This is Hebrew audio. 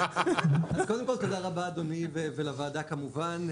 אז קודם כל תודה רבה אדוני, ולוועדה כמובן.